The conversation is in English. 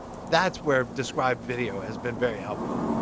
that's where described video has been very helpful.